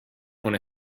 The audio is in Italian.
con